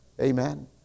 Amen